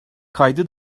kaydı